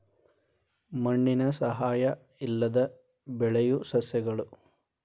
ಮಣ್ಣಿನ ಸಹಾಯಾ ಇಲ್ಲದ ಬೆಳಿಯು ಸಸ್ಯಗಳು